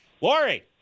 Lori